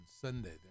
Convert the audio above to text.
Sunday